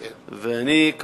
ואני,